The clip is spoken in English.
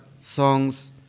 songs